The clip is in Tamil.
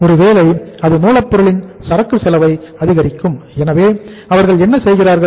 ஒருவேளை அது மூலப்பொருளின் சரக்கு செலவை அதிகரிக்கும் எனவே அவர்கள் என்ன செய்கிறார்கள்